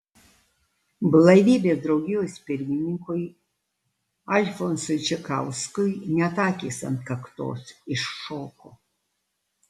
blaivybės draugijos pirmininkui alfonsui čekauskui net akys ant kaktos iššoko